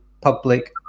public